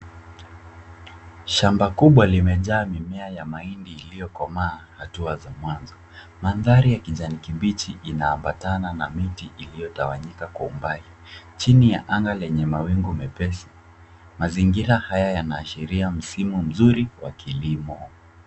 Shamba kubwa limejaa mimea ya mahindi iliokomaa hatua za mwanzo. Mandhari ya kijani kibichi inaambatana na miti iliotawanyika kwa umbali. Chini ya anga lenye mawingu mepesi mazingira haya yanaashiria msimu mzuri wa kilimo.